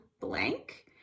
blank